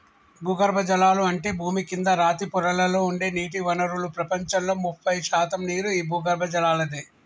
భూగర్బజలాలు అంటే భూమి కింద రాతి పొరలలో ఉండే నీటి వనరులు ప్రపంచంలో ముప్పై శాతం నీరు ఈ భూగర్బజలలాదే